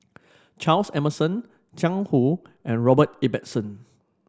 Charles Emmerson Jiang Hu and Robert Ibbetson